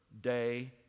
day